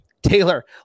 Taylor